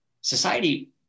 society